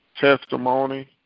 testimony